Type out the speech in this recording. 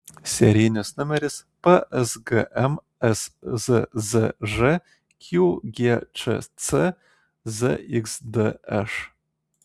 serijinis numeris psgm szzž qgčc zxdš